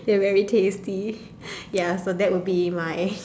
they're very tasty ya so that will be my